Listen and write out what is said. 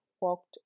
walked